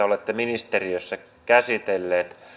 olette ministeriössä käsitelleet tätä jaksamiskysymystä